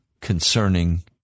concerning